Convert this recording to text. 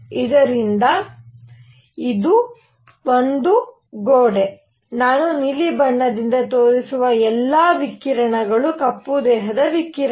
ಆದ್ದರಿಂದ ಇದು ಒಂದು ಗೋಡೆ ನಾನು ನೀಲಿ ಬಣ್ಣದಿಂದ ತೋರಿಸುವ ಎಲ್ಲಾ ವಿಕಿರಣಗಳು ಕಪ್ಪು ದೇಹದ ವಿಕಿರಣ